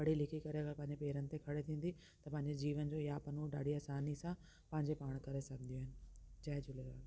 पढ़ी लिखी करे अगरि पंहिंजे पेरनि ते खड़ी थींदी त पंहिंजे जीवन जो यापन हूअ ॾाढी आसानी सां पंहिंजे पाण करे सघंदी